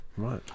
right